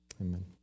Amen